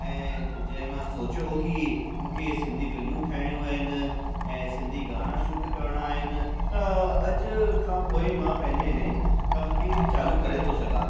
ऐं जंहिं मां सोचियो हो की मूंखे सिंधी फिल्मूं ठाहिणियूं आहिनि ऐं सिंधी ॻाना शूट करणा आहिनि त अॼु खां पोइ मां पंहिंजे इने कम खे चालू करे थो सघां